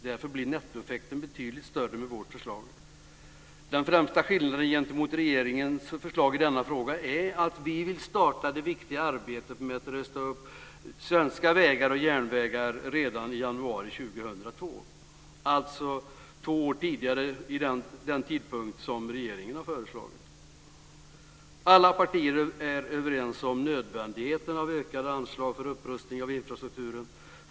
Därför blir nettoeffekten betydligt större med vårt förslag. Den främsta skillnaden gentemot regeringens förslag i denna fråga är att vi vill starta det viktiga arbetet med att rusta upp svenska vägar och järnvägar redan i januari 2002, alltså två år tidigare än den tidpunkt som regeringen har föreslagit. Alla partier är överens om nödvändigheten av ökade anslag för upprustning av infrastrukturen.